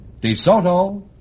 DeSoto